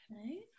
okay